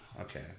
Okay